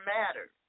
matters